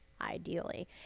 ideally